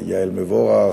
יעל מבורך,